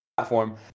platform